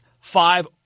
five